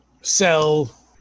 sell